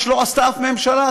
מה שלא עשתה אף ממשלה,